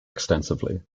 extensively